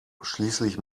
schließlich